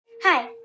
Hi